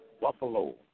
buffalo